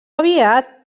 aviat